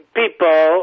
people